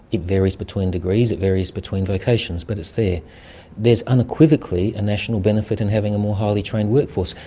it varies between degrees, it varies between locations, but it is there. there is unequivocally a national benefit in having a more highly trained workforce.